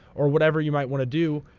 or whatever you might want to do,